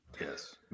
Yes